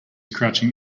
crouching